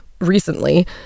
recently